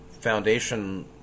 foundation